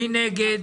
מי נגד?